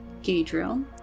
Gadriel